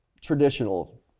traditional